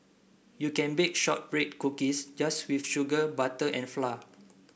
you can bake shortbread cookies just with sugar butter and flour